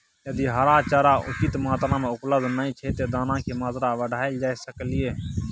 यदि हरा चारा उचित मात्रा में उपलब्ध नय छै ते दाना की मात्रा बढायल जा सकलिए?